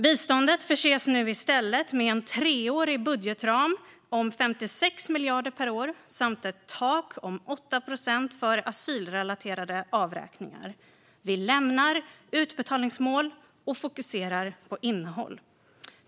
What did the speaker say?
Biståndet förses nu i stället med en treårig budgetram på 56 miljarder per år samt ett tak på 8 procent för asylrelaterade avräkningar. Vi lämnar utbetalningsmål och fokuserar på innehåll.